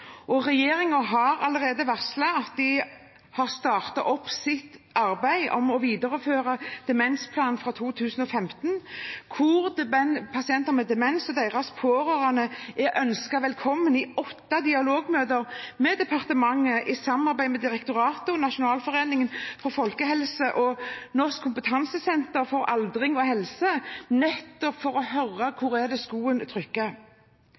og regjeringen har allerede varslet at den har startet opp sitt arbeid med å videreføre Demensplan 2015, hvor pasienter med demens og deres pårørende er ønsket velkommen i åtte dialogmøter med departementet, i samarbeid med Sosial- og helsedirektoratet, Nasjonalforeningen for folkehelse og Nasjonalt kompetansesenter for aldring og helse, nettopp for å høre hvor skoen trykker.